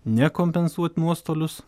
ne kompensuot nuostolius